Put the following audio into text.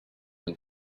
them